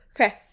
Okay